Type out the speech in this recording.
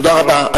תודה רבה.